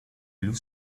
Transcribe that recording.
blue